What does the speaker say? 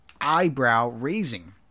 eyebrow-raising